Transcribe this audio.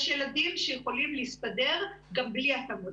יש ילדים שיכולים להסתדר גם בלי התאמות,